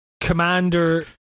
Commander